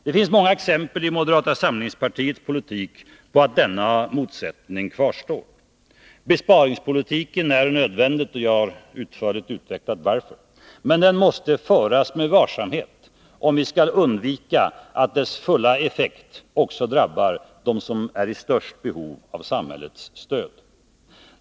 Det finns många exempel i moderata samlingspartiets politik på att denna motsättning kvarstår. Besparingspolitiken är nödvändig — jag har utförligt utvecklat varför — men den måste föras med varsamhet om vi skall undvika att dess fulla effekt också drabbar dem som är i störst behov av samhällets stöd.